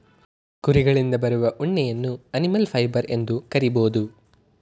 ಕುರಿಗಳಿಂದ ಬರುವ ಉಣ್ಣೆಯನ್ನು ಅನಿಮಲ್ ಫೈಬರ್ ಎಂದು ಕರಿಬೋದು